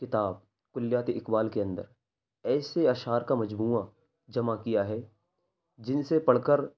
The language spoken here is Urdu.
کتاب کلیات اقبال کے اندر ایسے اشعار کا مجموعہ جمع کیا ہے جن سے پڑھ کر